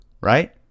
right